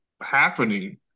happening